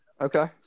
okay